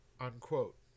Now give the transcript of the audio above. Unquote